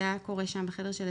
זה היה קורה בחדר זבל,